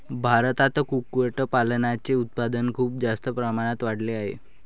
भारतात कुक्कुटपालनाचे उत्पादन खूप जास्त प्रमाणात वाढले आहे